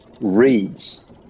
reads